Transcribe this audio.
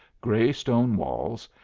gray stone walls,